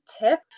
tip